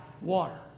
water